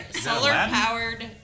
Solar-powered